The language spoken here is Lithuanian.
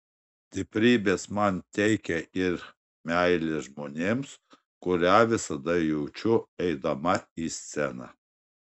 stiprybės man teikia ir meilė žmonėms kurią visada jaučiu eidama į sceną